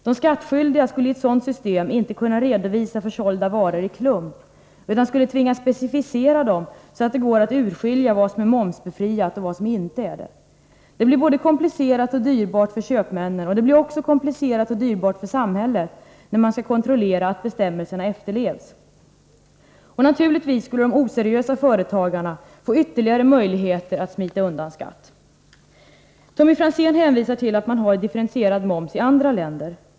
De skattskyldiga skulle i ett sådant system inte kunna redovisa försålda varor i klump utan skulle tvingas specificera dem så att det går att urskilja vad som är momsbefriat och vad som inte är det. Det blir både komplicerat och dyrbart för köpmännen, och det blir också komplicerat och dyrbart för samhället, när man skall kontrollera att bestämmelserna efterlevs. De oseriösa företagarna skulle naturligtvis få ytterligare möjligheter att smita undan skatt. Tommy Franzén hänvisar till att man har differentierad moms i andra länder.